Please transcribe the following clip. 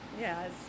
Yes